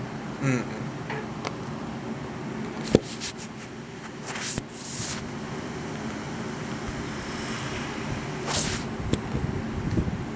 mm mm